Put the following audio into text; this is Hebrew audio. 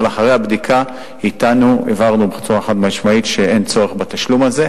אבל אחרי הבדיקה אתנו הבהרנו בצורה חד-משמעית שאין צורך בתשלום הזה.